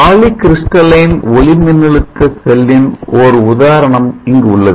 poly crystalline ஒளி மின்னழுத்த செல்லின் ஓர் உதாரணம் இங்கு உள்ளது